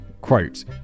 quote